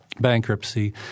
bankruptcy